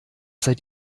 seid